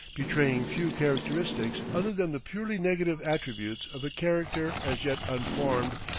betraying few characteristics other than the purely negative attributes of a character as yet unformed,